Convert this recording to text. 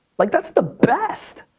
like, that's the best!